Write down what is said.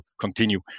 continue